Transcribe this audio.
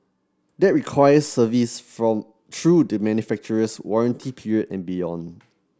that requires service from through the manufacturer's warranty period and beyond